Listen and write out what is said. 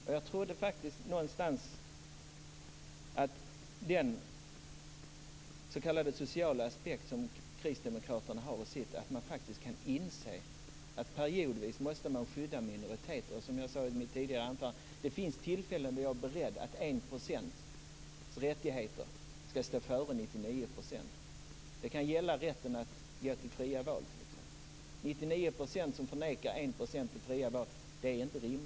Och jag trodde faktiskt någonstans att den s.k. sociala aspekt som Kristdemokraterna har skulle göra att de faktiskt kan inse att man periodvis måste skydda minoriteter. Som jag sade i mitt tidigare anförande finns det tillfällen då jag är beredd att säga att 1 % rättigheter skall stå före 99 %. Det kan t.ex. gälla rätten till fria val. 99 % som förnekar 1 % till fria val är inte rimligt.